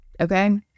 okay